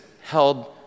held